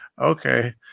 okay